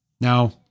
Now